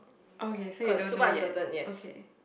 oh you said you don't know yet okay